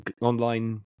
online